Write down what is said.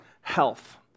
health